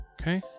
Okay